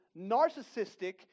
narcissistic